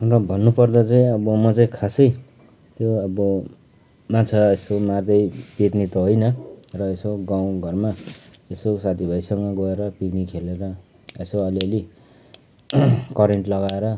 अबभन्नु पर्दा चाहिँ अब म चाहिँ खासै त्यो अब माछा यसो मार्दै बेच्ने त होइन र यसो गाउँ घरमा यसो साथी भाइसँग गएर पिकनिक खेलेर यसो अलि अलि करेन्ट लगाएर